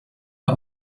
der